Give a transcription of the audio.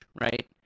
right